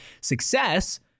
success